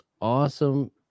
awesome